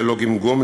ללא גמגום,